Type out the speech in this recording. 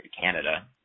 Canada